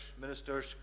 ministers